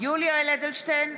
יולי יואל אדלשטיין,